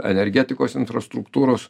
energetikos infrastruktūros